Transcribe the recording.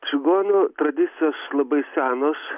čigonų tradicijos labai senos